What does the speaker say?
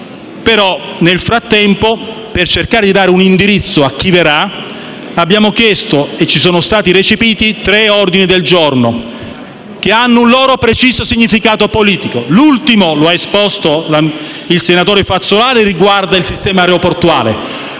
Nel frattempo, però, per cercare di dare un indirizzo a chi verrà, abbiamo presentato e sono stati recepiti tre ordini del giorno, che hanno un loro preciso significato politico. L'ultimo lo ha esposto il senatore Fazzolari e riguarda il sistema aeroportuale,